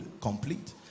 complete